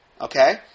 Okay